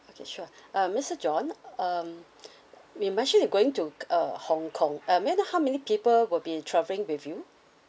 okay sure uh mister john um you mention you're going to uh hong kong uh may I know how many people will be travelling with you